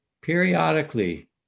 periodically